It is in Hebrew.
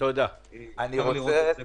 אפשר לראות את זה.